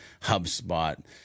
HubSpot